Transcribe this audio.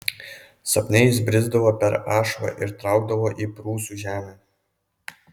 sapne jis brisdavo per ašvą ir traukdavo į prūsų žemę